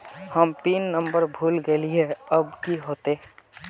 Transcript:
हम pin number भूल गलिऐ अब की होते?